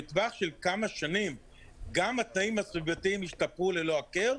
בטווח של כמה שנים גם התנאים הסביבתיים ישתפרו ללא הכר,